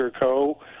co